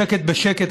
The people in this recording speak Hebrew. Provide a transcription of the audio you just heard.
בשקט בשקט,